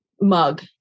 mug